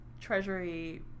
Treasury